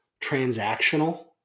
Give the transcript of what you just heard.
transactional